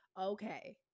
okay